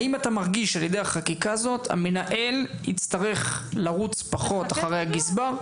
האם אתה מרגיש שאחרי החקיקה הזו המנהל יצטרך לרוץ אחרי הגזבר,